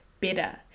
better